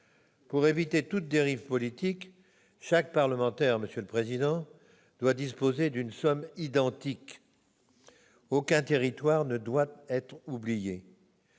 pour éviter toute dérive politique, chaque parlementaire doit disposer d'une somme identique. Aucun territoire ne doit être oublié